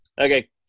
Okay